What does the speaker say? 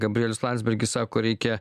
gabrielius landsbergis sako reikia